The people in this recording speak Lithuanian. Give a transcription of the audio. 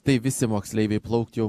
tai visi moksleiviai plaukt jau